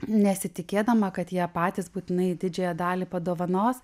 nesitikėdama kad jie patys būtinai didžiąją dalį padovanos